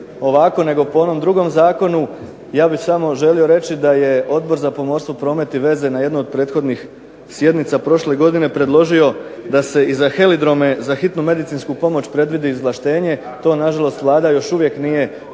ovako nego po onom drugom zakonu, ja bih samo želio reći da je Odbor za pomorstvo, promet i veze na jedno od prethodnih sjednica prošle godine predložio da se i za heliodrome, za hitnu medicinsku pomoć predvidi izvlaštenje, to na žalost Vlada još uvijek nije pustila